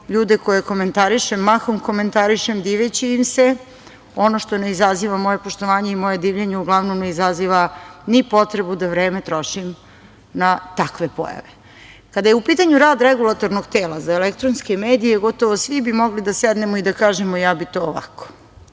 ljude koje komentarišem, mahom komentarišem diveći im se, a ono što ne izaziva moje poštovanje i moje divljenje, uglavnom ne izaziva ni potrebu da vreme trošim na takve pojave. Kada je u pitanju rad regulatornog tela za elektronske medije, gotovo svi bi mogli da sednemo i da kažemo, ja bih to ovako. Šta